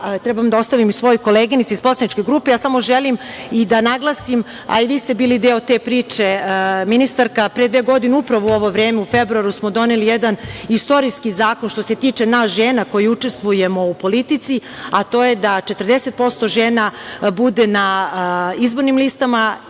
treba da ostavim i svojoj koleginici iz poslaničke grupe, samo želim da naglasim, a i vi ste bili deo te priče, ministarka, pre dve godine, upravo u ovo vreme, u februaru smo doneli jedan istorijski zakon što se tiče nas žena koje učestvujemo u politici, a to je da 40% žena bude na izbornim listama,